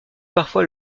parfois